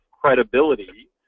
credibility